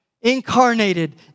incarnated